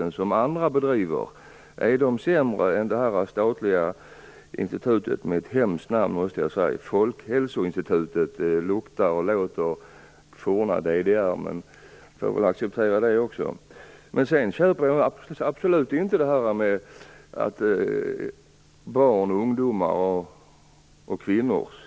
Är de andra organisationerna sämre än det statliga institutet med det hemska namnet Folkhälsoinstitutet? Jag måste säga att namnet luktar och låter som något från det forna DDR. Men man får väl acceptera det också. Jag köper däremot inte att barns, ungdomars och kvinnors